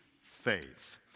faith